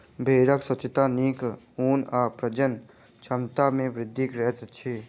भेड़क स्वच्छता नीक ऊन आ प्रजनन क्षमता में वृद्धि करैत अछि